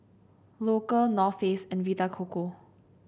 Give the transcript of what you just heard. Loacker North Face and Vita Coco